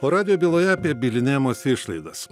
radijo byloje apie bylinėjimosi išlaidas